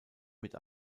mit